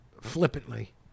flippantly